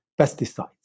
pesticides